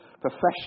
professional